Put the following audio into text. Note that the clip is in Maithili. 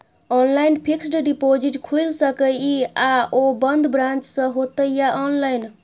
ऑनलाइन फिक्स्ड डिपॉजिट खुईल सके इ आ ओ बन्द ब्रांच स होतै या ऑनलाइन?